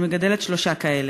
אני מגדלת שלושה כאלה,